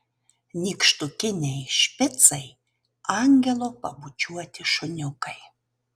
nykštukiniai špicai angelo pabučiuoti šuniukai